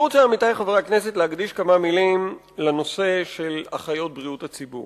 עמיתי חברי הכנסת, האחיות חיוניות בבתי-הספר.